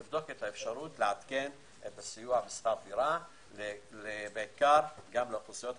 לבדוק את האפשרות לעדכן את הסיוע בשכר דירה בעיקר לאוכלוסיות חלשות,